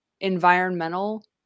environmental